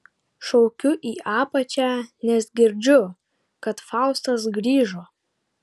šaukiu į apačią nes girdžiu kad faustas grįžo